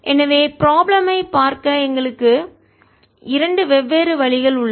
எனவே ப்ராப்ளம் ஐ பார்க்க எங்களுக்கு இரண்டு வெவ்வேறு வழிகள் உள்ளன